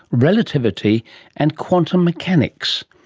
relativity and quantum mechanics?